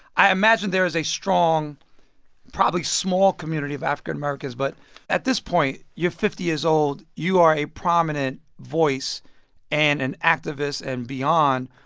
i imagine there is a strong probably small community of african-americans. but at this point, you're fifty years old. you are a prominent voice and an activist and beyond.